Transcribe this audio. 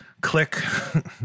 click